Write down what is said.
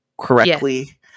correctly